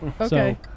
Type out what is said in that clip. Okay